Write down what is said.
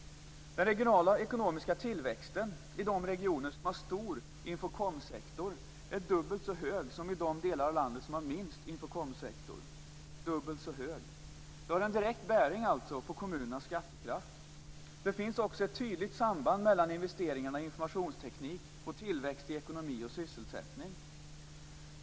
Den regionala ekonomiska tillväxten i de regioner som har en stor infokomsektor är dubbelt så hög som i de delar av landet som har minst infokomsektor. Det har en direkt bäring på kommunernas skattekraft. Det finns ett tydligt samband mellan investeringarna i informationsteknik och tillväxt i ekonomi och i sysselsättning.